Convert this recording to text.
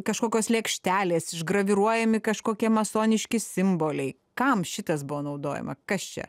kažkokios lėkštelės išgraviruojami kažkokie masoniški simboliai kam šitas buvo naudojama kas čia